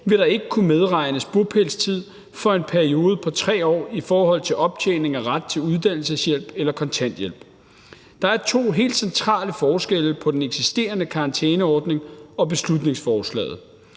vil der ikke kunne medregnes bopælstid for en periode på 3 år i forhold til optjening af ret til uddannelseshjælp eller kontanthjælp. Der er to helt centrale forskelle på den eksisterende karantæneordning og beslutningsforslaget.